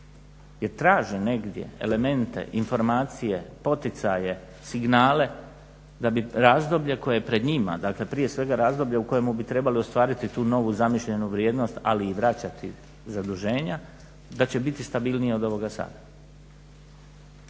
Jer traže negdje elemente, informacije, poticaje, signale da bi razdoblje koje je pred njima dakle prije svega razdoblje u kojemu bi trebali ostvariti tu novu zamišljenu vrijednost ali i vraćati zaduženja, da će biti stabilnije od ovoga sada.